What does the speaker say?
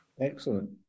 Excellent